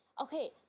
okay